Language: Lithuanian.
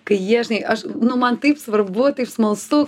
kai jie žinai aš nu man taip svarbu taip smalsu